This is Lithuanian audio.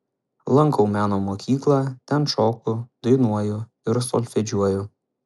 lankau meno mokyklą ten šoku dainuoju ir solfedžiuoju